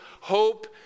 hope